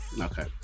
okay